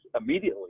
immediately